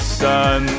sun